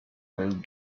road